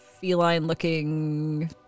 feline-looking